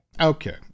Okay